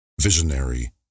visionary